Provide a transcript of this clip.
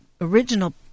original